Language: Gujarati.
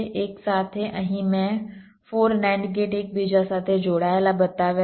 એકસાથે અહીં મેં 4 NAND ગેટ એકબીજા સાથે જોડાયેલા બતાવ્યા છે